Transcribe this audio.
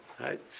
right